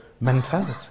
mentality